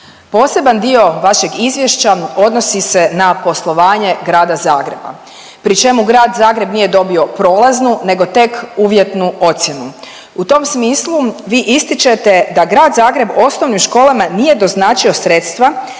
Poseban dio vašeg izvješća odnosi se na poslovanje grada Zagreba pri čemu grad Zagreb nije dobio prolaznu nego tek uvjetnu ocjenu. U tom smislu vi ističete da grad Zagreb osnovnim školama nije doznačio sredstva